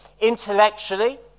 intellectually